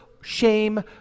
shame